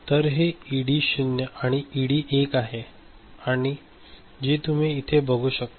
तर हे इडी 0 आणि इडी 1 आहे जी तुम्ही इथे बघू शकता